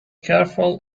careful